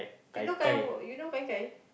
you know gai who you know gai-gai